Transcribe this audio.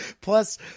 Plus